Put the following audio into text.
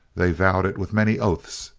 they vowed it with many oaths.